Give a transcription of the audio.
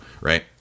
right